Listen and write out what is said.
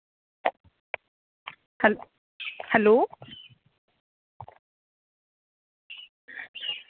hello